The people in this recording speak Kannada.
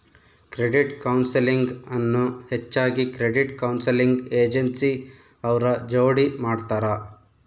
ಕ್ರೆಡಿಟ್ ಕೌನ್ಸೆಲಿಂಗ್ ಅನ್ನು ಹೆಚ್ಚಾಗಿ ಕ್ರೆಡಿಟ್ ಕೌನ್ಸೆಲಿಂಗ್ ಏಜೆನ್ಸಿ ಅವ್ರ ಜೋಡಿ ಮಾಡ್ತರ